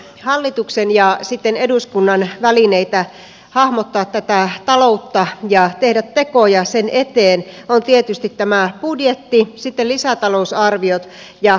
hallituksen ja sitten eduskunnan välineitä hahmottaa tätä taloutta ja tehdä tekoja sen eteen ovat tietysti tämä budjetti sitten lisätalousarviot ja kehykset